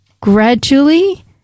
gradually